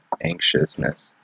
anxiousness